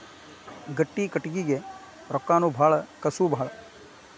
ಗಟ್ಟಿ ಕಟಗಿಗೆ ರೊಕ್ಕಾನು ಬಾಳ ಕಸುವು ಬಾಳ